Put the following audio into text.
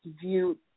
view